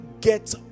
get